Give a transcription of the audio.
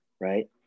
right